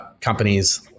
companies